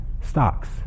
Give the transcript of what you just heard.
stocks